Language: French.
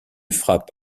frappe